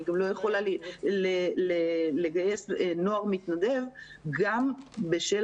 אני גם לא יכולה לגייס נוער מתנדב גם בשל